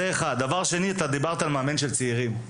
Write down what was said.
דבר שני, אתה דיברת על מאמן של צעירים.